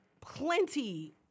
plenty